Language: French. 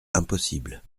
impossible